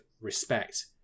respect